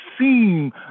seem